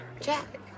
Jack